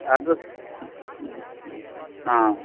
address ம் ம் ஆ